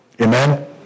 Amen